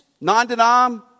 non-denom